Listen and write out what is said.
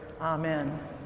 Amen